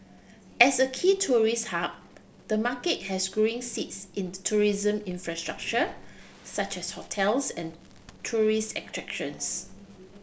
as a key tourist hub the market has growing needs in tourism infrastructure such as hotels and tourist attractions